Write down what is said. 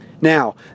Now